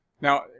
Now